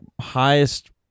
highest